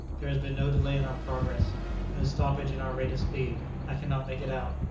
there has been no delay in our progress no stoppage in our rate of speed. i cannot make it out.